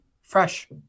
fresh